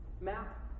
Map